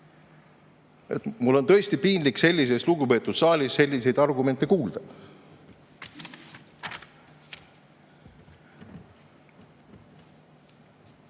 Mul on tõesti piinlik sellises lugupeetud saalis selliseid argumente